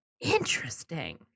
Interesting